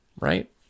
right